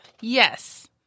yes